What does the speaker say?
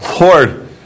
Lord